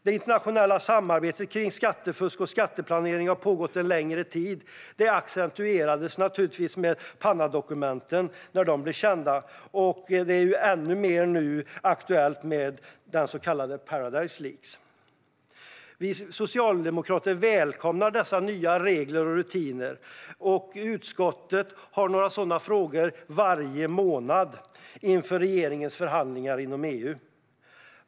Det internationella samarbetet kring skattefusk och skatteplanering har pågått en längre tid. Det accentuerades naturligtvis när Panamadokumenten blev kända. Nu är det ännu mer aktuellt med den så kallade paradise leak. Vi socialdemokrater välkomnar dessa nya regler och rutiner. Utskottet har några sådana frågor varje månad inför regeringens förhandlingar inom EU.